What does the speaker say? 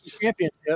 championship